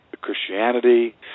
Christianity